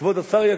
כבוד השר יקשיב,